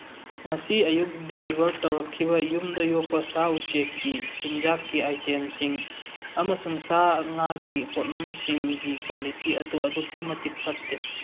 ꯉꯁꯤ ꯑꯌꯨꯛ ꯗꯤꯂꯤꯕꯔ ꯇꯧꯔꯛꯈꯤꯕ ꯌꯨꯝꯗ ꯌꯣꯛꯄ ꯁꯥ ꯎꯆꯦꯛꯀꯤ ꯆꯤꯟꯖꯥꯛꯀꯤ ꯑꯥꯏꯇꯦꯝꯁꯤꯡ ꯑꯃꯁꯨꯡ ꯁꯥ ꯉꯥꯒꯤ ꯄꯣꯠꯂꯝꯁꯤꯡꯒꯤ ꯀ꯭ꯋꯥꯂꯤꯇꯤ ꯑꯗꯨ ꯑꯗꯨꯛꯀꯤ ꯃꯇꯤꯛ ꯐꯠꯇꯦ